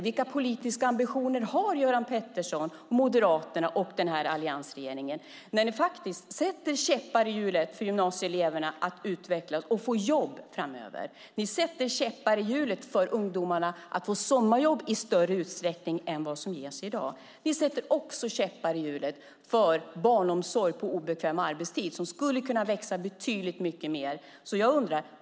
Vilka politiska ambitioner har Göran Pettersson, Moderaterna och alliansregeringen när ni faktiskt sätter käppar i hjulet för gymnasieeleverna att utvecklas och få jobb framöver? Ni sätter käppar i hjulet för ungdomarna att få sommarjobb i större utsträckning än i dag. Ni sätter också käppar i hjulet för barnomsorg på obekväm arbetstid, som skulle kunna växa betydligt mer.